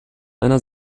einer